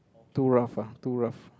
too rough ah too rough